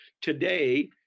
Today